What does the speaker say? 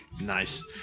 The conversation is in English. Nice